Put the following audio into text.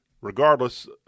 Regardless